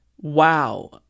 Wow